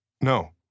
No